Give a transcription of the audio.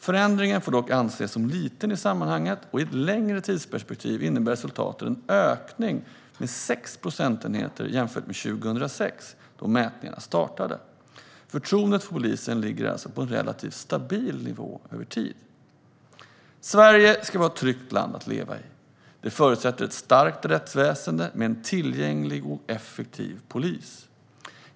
Förändringen får dock anses vara liten i sammanhanget, och i ett längre tidsperspektiv innebär resultatet en ökning med 6 procentenheter jämfört med 2006 då mätningarna startade. Förtroendet för polisen ligger alltså på en relativt stabil nivå över tid. Sverige ska vara ett tryggt land att leva i. Det förutsätter ett starkt rättsväsen med en tillgänglig och effektiv polis.